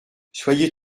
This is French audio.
soyez